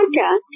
podcast